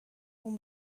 اون